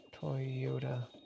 Toyota